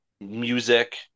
music